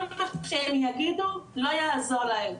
כל מה שהם יגידו לא יעזור להם,